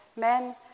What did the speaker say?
men